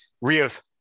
rio's